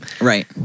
Right